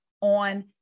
on